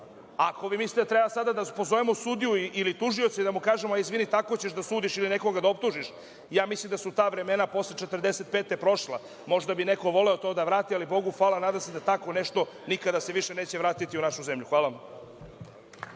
Ako vi mislite da treba sada da pozovemo sudiju ili tužioce i da mu kažemo – izvini, tako ćeš da sudiš ili nekoga da optužiš, mislim da su ta vremena posle 1945. godine prošla. Možda bi neko voleo to da vrati, ali, Bogu hvala, nadam se da tako nešto nikada se više neće vratiti u našu zemlju. Hvala